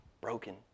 broken